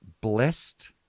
Blessed